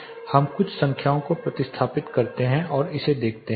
अब हम कुछ संख्याओं को प्रतिस्थापित करते हैं और इसे देखते हैं